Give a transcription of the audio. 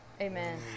Amen